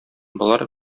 болар